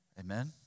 Amen